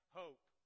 hope